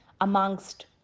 amongst